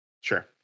Sure